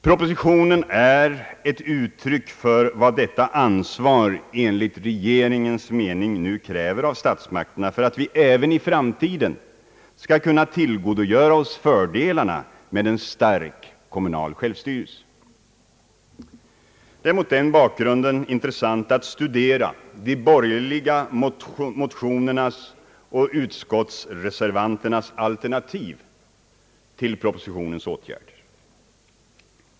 Propositionen är ett uttryck för vad detta ansvar enligt regeringens mening nu kräver av statsmakterna för att vi även i framtiden skall kunna tillgodogöra oss fördelarna av en stark kom munal självstyrelse. Det är mot den bakgrunden intressant att studera de borgerliga motionernas och utskottsreservanternas alternativ till propositionens åtgärder.